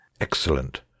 Excellent